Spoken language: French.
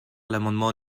l’amendement